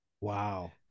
Wow